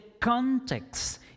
context